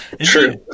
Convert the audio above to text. Sure